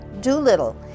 Doolittle